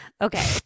Okay